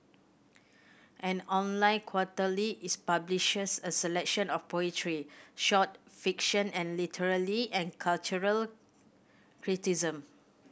an online quarterly its publishes a selection of poetry short fiction and literary and cultural criticism